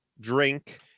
drink